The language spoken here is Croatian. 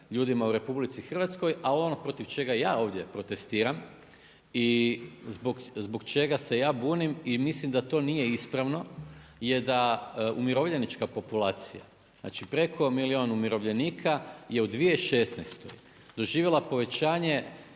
ljudima u RH. Ali ono protiv čega ja ovdje protestiram i zbog čega se ja bunim i mislim da to nije ispravno je da umirovljenička populacija, znači preko milijun umirovljenika je u 2016. doživjela povećanje